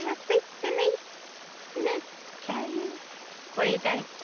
yeah sweets and eats miss kay's what do you think?